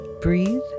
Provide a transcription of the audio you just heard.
breathe